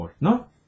no